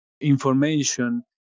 information